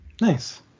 nice